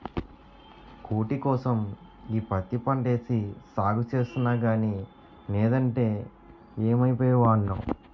కూటికోసం ఈ పత్తి పంటేసి సాగు సేస్తన్నగానీ నేదంటే యేమైపోయే వోడ్నో